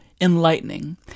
enlightening